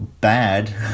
bad